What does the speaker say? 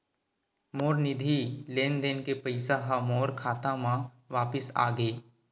मोर निधि लेन देन के पैसा हा मोर खाता मा वापिस आ गे